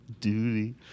duty